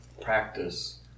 practice